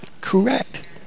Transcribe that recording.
Correct